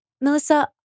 Melissa